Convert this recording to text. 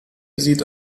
sieht